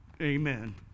Amen